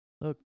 Look